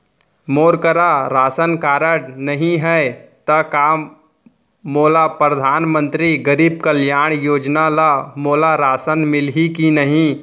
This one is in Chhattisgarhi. मोर करा राशन कारड नहीं है त का मोल परधानमंतरी गरीब कल्याण योजना ल मोला राशन मिलही कि नहीं?